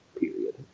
period